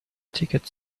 ticket